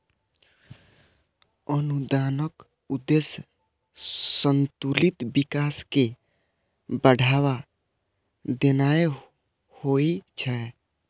अनुदानक उद्देश्य संतुलित विकास कें बढ़ावा देनाय होइ छै